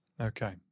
Okay